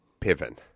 Piven